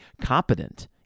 competent